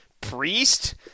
priest